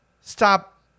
Stop